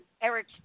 Eric